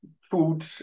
food